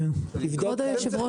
צריך לתת מקדמה,